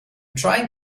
trying